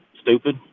stupid